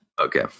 Okay